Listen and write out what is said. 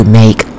make